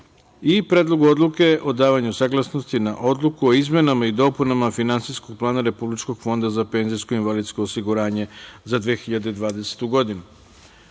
Predlogu odluke o davanju saglasnosti na Odluke o izmenama i dopunama Finansijskog plana Republičkog fonda za penzijsko i invalidsko osiguranje za 2020. godinu.2.